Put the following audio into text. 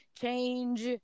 Change